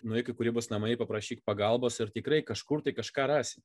nueik į kūrybos namai paprašyk pagalbos ir tikrai kažkur tai kažką rasti